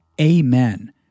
Amen